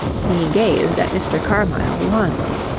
he gazed at mr. carmyle wanly.